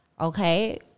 Okay